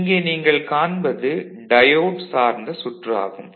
இங்கே நீங்கள் காண்பது டயோடு சார்ந்த சுற்று ஆகும்